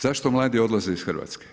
Zašto mladi odlaze iz Hrvatske?